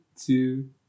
two